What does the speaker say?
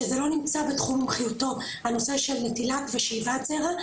שזה לא נמצא בתחום מומחיותו הנושא של נטילה ושאיבת זרע.